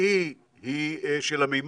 טבעי של המימן